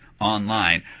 online